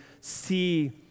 see